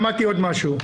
למדתי עוד משהו.